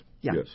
Yes